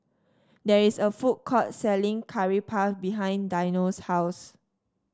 there is a food court selling Curry Puff behind Dino's house